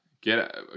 Get